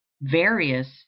Various